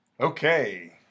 Okay